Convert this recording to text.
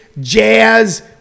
jazz